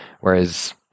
whereas